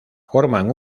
forman